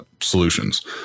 solutions